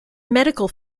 medical